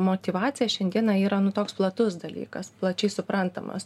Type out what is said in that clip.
motyvacija šiandieną yra nu toks platus dalykas plačiai suprantamas